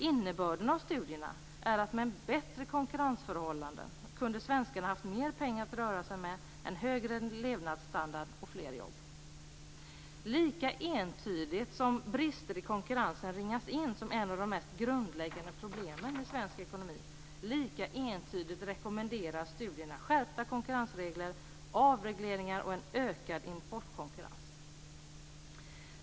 Innebörden av studierna är att med bättre konkurrensförhållanden kunde svenskarna haft mer pengar att röra sig med, en högre levnadsstandard och fler jobb. Lika entydigt som brister i konkurrensen ringas in som ett av de mest grundläggande problemen i svensk ekonomi, lika entydigt rekommenderar studierna skärpta konkurrensregler, avregleringar och en ökad importkonkurrens.